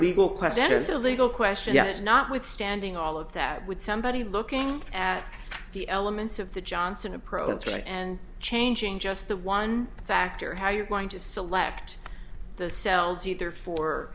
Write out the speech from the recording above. a legal question yet notwithstanding all of that would somebody looking at the elements of the johnson approach and changing just the one factor how you're going to select the cells either